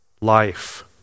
life